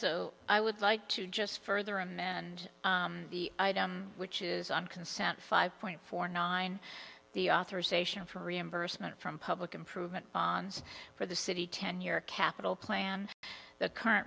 so i would like to just further i'm and the item which is on consent five point four nine the authorization for reimbursement from public improvement ons for the city tenure capital plan the current